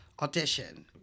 audition